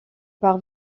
part